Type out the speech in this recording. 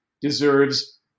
deserves